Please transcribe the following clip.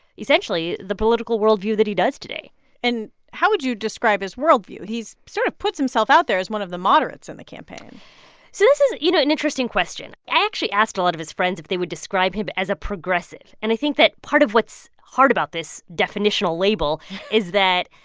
essentially, the political worldview that he does today and how would you describe his worldview? he sort of puts himself out there as one of the moderates on and the campaign so this is, you know, an interesting question. i actually asked a lot of his friends if they would describe him as a progressive. and i think that part of what's hard about this definitional label is that,